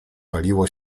paliło